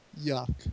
Yuck